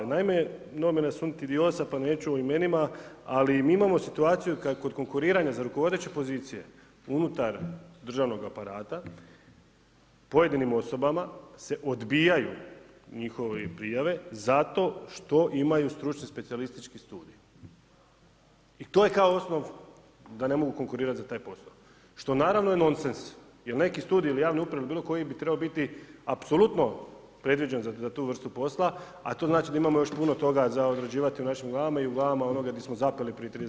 Naime, nomina sunt odiosa, pa neću o imenima ali mi imamo situaciju kako kod konkuriranja za rukovodeće pozicije unutar državnog aparata pojedinim osobama se odbijaju njihove prijave zato što imaju stručni specijalistički studij i to je kao osnov da ne mogu konkurirati za taj posao, što naravno je nonsens jer neki studiji ili javne uprave ili bilo koji bi trebao biti apsolutno predviđen za tu vrstu posla, a to znači da imamo još putno toga za odrađivati u našim glavama i u glavama onoga gdje smo zapeli prije 30 godina.